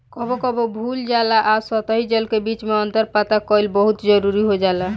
कबो कबो भू जल आ सतही जल के बीच में अंतर पता कईल बहुत जरूरी हो जाला